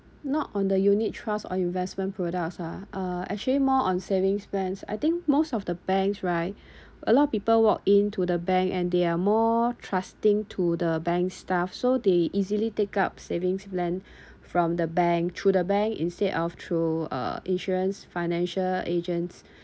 not on the unit trust or investment products ah uh actually more on savings plans I think most of the banks right a lot of people walk in to the bank and they are more trusting to the bank staff so they easily take up savings plan from the bank through the bank instead of through uh insurance financial agents